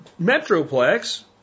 metroplex